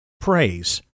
praise